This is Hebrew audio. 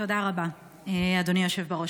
תודה רבה, אדוני היושב בראש.